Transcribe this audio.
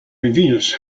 reveals